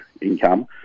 income